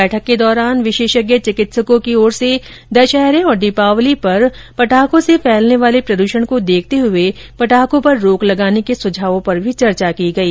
बैठक के दौरान विशेषज्ञ चिकित्सकों की ओर से दशहरे और दीपावली पर्व के दौरान पटाखों से फैलने वाले प्रदूषण को देखते हुए पटाखों पर रोक लगाने के सुझावों पर भी चर्चा की गई